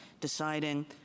deciding